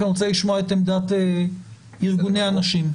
כי אני רוצה לשמוע את עמדת ארגוני הנשים.